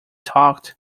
talked